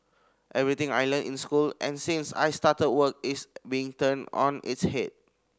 everything I learnt in school and since I started work is being turned on its head